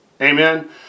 Amen